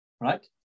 Right